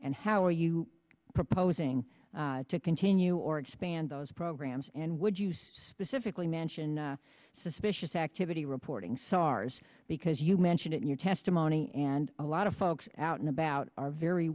and how are you proposing to continue or expand those programs and would you specifically mention suspicious activity reporting sars because you mentioned it in your testimony and a lot of folks out and about are very